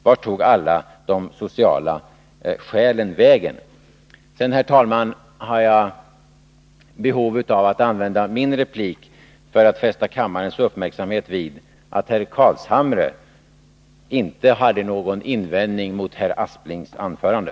Vart tog alla de sociala skälen vägen? Sedan, herr talman, har jag behov av att använda min replik till att fästa kammarens uppmärksamhet vid att herr Carlshamre inte hade någon invändning att göra mot herr Asplings anförande.